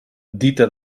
dita